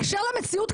באשר למציאות,